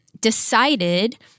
decided